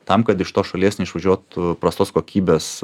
tam kad iš tos šalies neišvažiuotų prastos kokybės